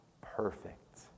perfect